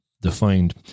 defined